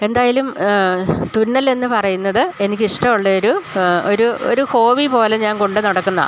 എന്തായാലും തുന്നൽ എന്ന് പറയുന്നത് എനിക്ക് ഇഷ്ടം ഉള്ള ഒരു ഒരു ഒരു ഹോബി പോലെ ഞാൻ കൊണ്ട് നടക്കുന്നതാണ്